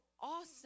awesome